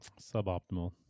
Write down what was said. suboptimal